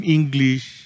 English